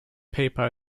paper